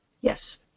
yes